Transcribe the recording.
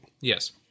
Yes